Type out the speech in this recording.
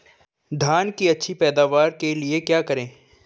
धान की अच्छी पैदावार के लिए क्या करें?